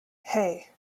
hey